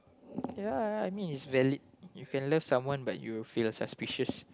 ya I mean it's valid you can let some one that you feel suspicious